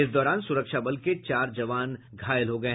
इस दौरान सुरक्षा बल के चार जवान भी घायल हो गये